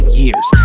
years